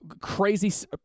crazy